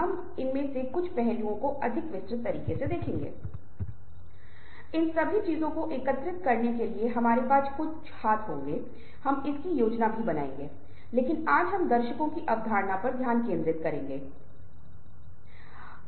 अब यह पहचानना बहुत महत्वपूर्ण नहीं है कि ये सर्वेक्षण कितने कठोर रूप से बनाए गए हैं या ये सर्वेक्षण कितने अच्छे हैं